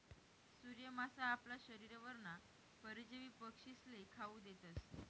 सूर्य मासा आपला शरीरवरना परजीवी पक्षीस्ले खावू देतस